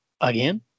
Again